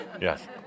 Yes